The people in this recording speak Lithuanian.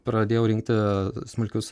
pradėjau rinkti smulkius